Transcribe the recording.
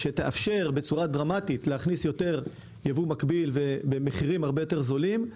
שתאפשר בצורה דרמטית להכניס יותר ייבוא מקביל ובמחירים יותר זולים,